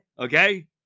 Okay